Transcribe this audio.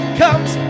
comes